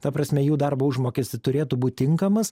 ta prasme jų darbo užmokestis turėtų būt tinkamas